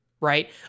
right